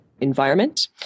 Environment